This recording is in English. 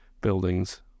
buildings